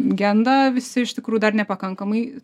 genda visi iš tikrųjų dar nepakankamai